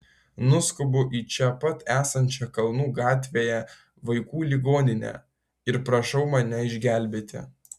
nuskubu į čia pat esančią kalnų gatvėje vaikų ligoninę ir prašau mane išgelbėti